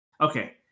Okay